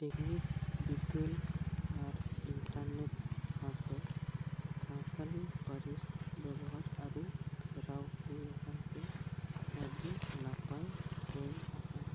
technique ᱵᱤᱛᱟᱹᱞ ᱟᱨ internet ᱥᱟᱶᱛᱮ ᱥᱟᱱᱛᱟᱲᱤ ᱯᱟᱹᱨᱤᱥ ᱵᱮᱵᱚᱦᱟᱨ ᱟ ᱨᱩ ᱯᱷᱮᱨᱟᱣ ᱦᱩᱭ ᱟᱠᱟᱱ ᱛᱮ ᱟᱹᱰᱤ ᱱᱟᱯᱟᱭ ᱦᱩᱭ ᱟᱠᱟᱱᱟ